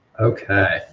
okay,